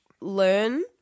learn